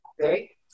Okay